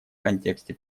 контексте